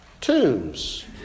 tombs